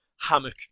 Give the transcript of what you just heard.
hammock